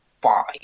five